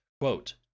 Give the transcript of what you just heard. Quote